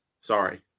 Sorry